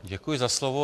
Děkuji za slovo.